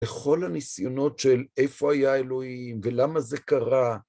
לכל הניסיונות של איפה היה אלוהים, ולמה זה קרה,